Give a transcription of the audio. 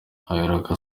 aherako